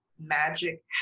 magic